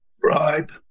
bribe